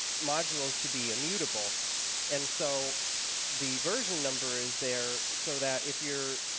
modules to be immutable and so the version number is there so that if you're